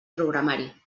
programari